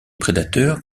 prédateurs